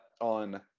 on